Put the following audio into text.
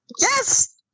Yes